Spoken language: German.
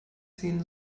ziehen